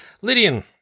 Lydian